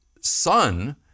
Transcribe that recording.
son